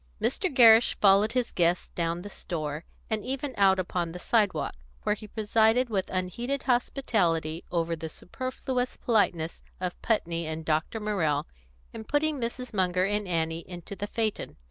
mr. gerrish followed his guests down the store, and even out upon the sidewalk, where he presided with unheeded hospitality over the superfluous politeness of putney and dr. morrell in putting mrs. munger and annie into the phaeton.